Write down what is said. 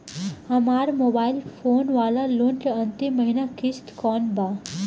हमार mobile phone वाला loan के अंतिम महिना किश्त कौन बा?